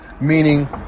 meaning